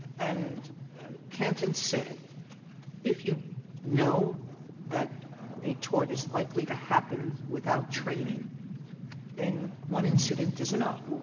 and canton said if you know that a tort is likely to happen without training then one incident is enough.